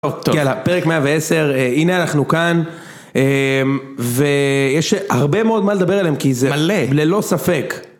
טוב, יאללה, פרק 110, הנה אנחנו כאן, ויש הרבה מאוד מה לדבר עליהם כי זה מלא, ללא ספק.